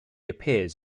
appears